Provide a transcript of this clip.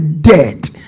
dead